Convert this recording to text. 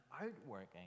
outworking